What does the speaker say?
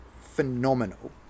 phenomenal